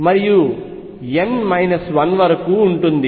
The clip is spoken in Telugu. మరియు n 1 వరకు ఉంటుంది